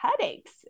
headaches